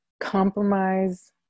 Compromise